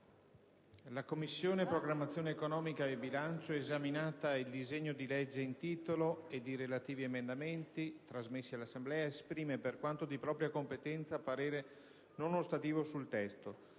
«La Commissione programmazione economica, bilancio, esaminato il disegno di legge in titolo ed i relativi emendamenti, trasmessi dall'Assemblea, esprime, per quanto di propria competenza, parere non ostativo sul testo.